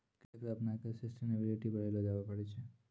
कृषि चक्र अपनाय क सस्टेनेबिलिटी बढ़ैलो जाबे पारै छै